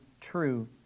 true